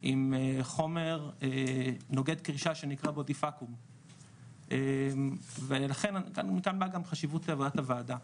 עם חומר נוגד קרישה שנקרא בודיפאקום ולכן מכאן באה חשיבות הוועדה.